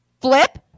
Flip